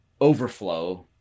overflow